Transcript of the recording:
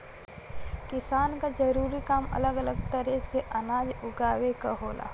किसान क जरूरी काम अलग अलग तरे से अनाज उगावे क होला